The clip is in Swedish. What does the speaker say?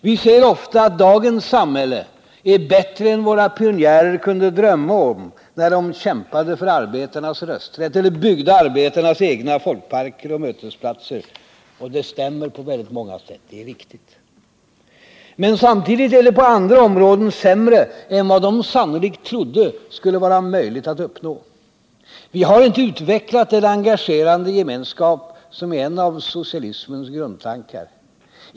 Vi säger ofta att dagens samhälle är bättre än våra pionjärer kunde drömma om när de kämpade för arbetarnas rösträtt eller byggde arbetarnas egna folkparker och mötesplatser. Det stämmer på många sätt. Men samtidigt är det på andra områden sämre än vad de sannolikt trodde det skulle kunna bli. Vi har inte utvecklat den engagerande gemenskap som är en av socialismens grundtankar.